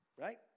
right